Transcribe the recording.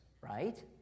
right